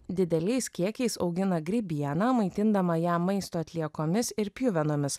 dideliais kiekiais augina grybieną maitindama ją maisto atliekomis ir pjuvenomis